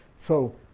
so